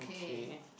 okay